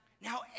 Now